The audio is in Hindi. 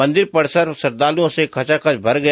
मन्दिर परिषद श्रद्धालुओं से खचाखच भर गया